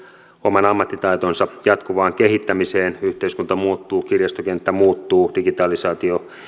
oman ammattitaitonsa jatkuvaan kehittämiseen yhteiskunta muuttuu kirjastokenttä muuttuu digitalisaatio